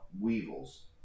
weevils